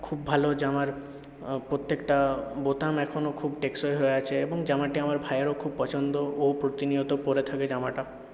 খুব ভালো জামার প্রত্যেকটা বোতাম এখনও খুব টেকসই হয়ে আছে এবং জামাটি আমার ভাইয়েরও খুব পছন্দ ও প্রতিনিয়ত পরে থাকে জামাটা